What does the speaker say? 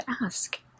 ask